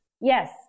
Yes